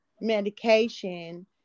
medication